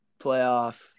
playoff